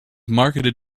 marketed